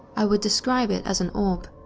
i would describe it as an orb.